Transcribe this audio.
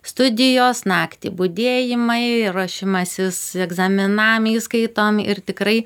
studijos naktį budėjimai ruošimasis egzaminam įskaitom ir tikrai